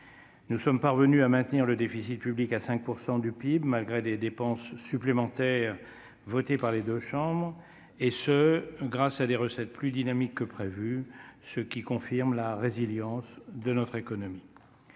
Nous sommes parvenus à maintenir le déficit public à 5 % du PIB, malgré des dépenses supplémentaires votées par les deux chambres, et ce grâce à des recettes plus dynamiques que prévu, ce qui confirme la résilience de notre économie.